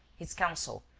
his counsel,